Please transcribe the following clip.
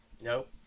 Nope